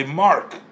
mark